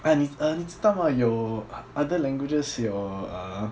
啊你 uh 你知道吗 other languages 有 uh